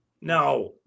No